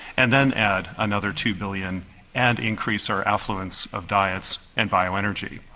and then add another two billion and increase our affluence of diets and bioenergy.